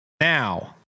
Now